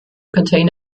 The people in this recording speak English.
contain